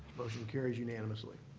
motion carries unanimously.